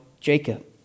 Jacob